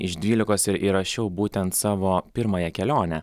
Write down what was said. iš dvylikos ir įrašiau būtent savo pirmąją kelionę